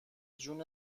جون